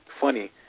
funny